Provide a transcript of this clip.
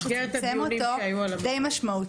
מה שצמצם אותו די משמעותית,